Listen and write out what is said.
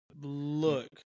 look